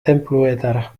tenpluetara